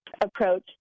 approach